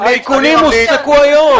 דיכטר, האיכונים הופסקו היום.